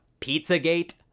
Pizzagate